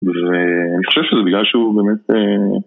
ואני חושב שזה בגלל שהוא באמת אההה